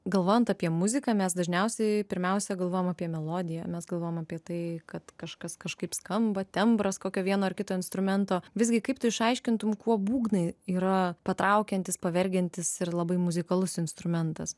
galvojant apie muziką mes dažniausiai pirmiausia galvojam apie melodiją mes galvojam apie tai kad kažkas kažkaip skamba tembras kokio vieno ar kito instrumento visgi kaip tu išaiškintum kuo būgnai yra patraukiantys pavergiantys ir labai muzikalus instrumentas